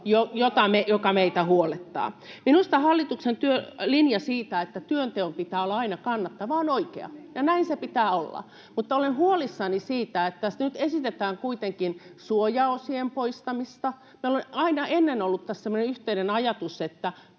joka meitä huolettaa. Minusta hallituksen linja siitä, että työnteon pitää olla aina kannattavaa, on oikea ja näin sen pitää olla, mutta olen huolissani siitä, että tässä nyt esitetään kuitenkin suojaosien poistamista. Meillä on aina ennen ollut semmoinen yhteinen ajatus, että